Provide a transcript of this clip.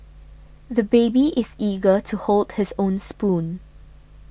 the baby is eager to hold his own spoon